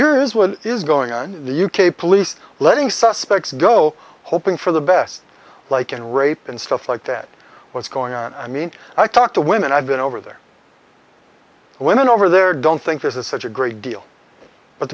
here is what is going on the u k police letting suspects go hoping for the best like and rape and stuff like that what's going on i mean i talk to women i've been over there and women over there don't think this is such a great deal but